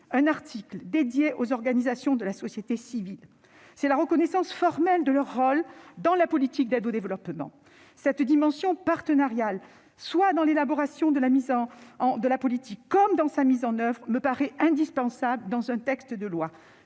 un article dédié aux organisations de la société civile, reconnaissance formelle de leur rôle dans la politique d'aide au développement. Cette dimension partenariale, dans l'élaboration comme dans la mise en oeuvre de cette politique, me paraît indispensable dans un texte de loi.